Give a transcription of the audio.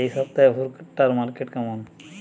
এই সপ্তাহে ভুট্টার মার্কেট কেমন?